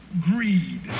greed